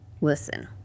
Listen